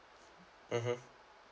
mmhmm